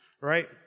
right